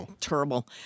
terrible